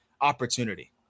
opportunity